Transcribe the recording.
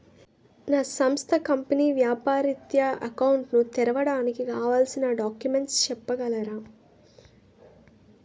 నా సంస్థ కంపెనీ వ్యాపార రిత్య అకౌంట్ ను తెరవడానికి కావాల్సిన డాక్యుమెంట్స్ చెప్పగలరా?